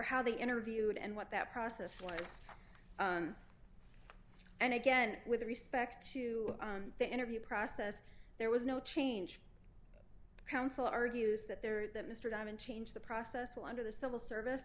how they interviewed and what that process was and again with respect to the interview process there was no change counsel argues that they were that mr diamond changed the process while under the civil service